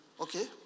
okay